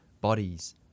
bodies